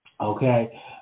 Okay